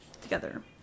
together